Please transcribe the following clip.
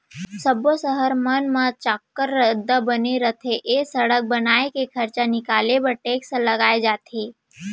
सब्बो सहर मन म चाक्कर रद्दा बने रथे ए सड़क बनाए के खरचा निकाले बर टेक्स लगाए जाथे